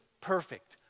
perfect